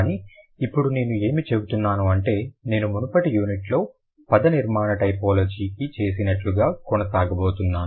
కాబట్టి ఇప్పుడు నేను ఏమి చేయబోతున్నాను అంటే నేను మునుపటి యూనిట్లో పదనిర్మాణ టైపోలాజీకి చేసినట్లుగానే కొనసాగబోతున్నాను